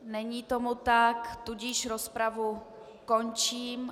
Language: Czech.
Není tomu tak, tudíž rozpravu končím.